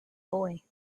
boy